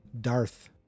Darth